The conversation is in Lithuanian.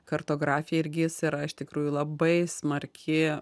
kartografija ir gis yra iš tikrųjų labai smarki